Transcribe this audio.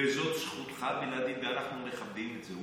וזאת זכותך הבלעדית, ואנחנו מכבדים את זה.